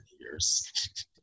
years